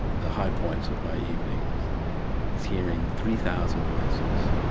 the high points of my evenings is hearing three thousand voices,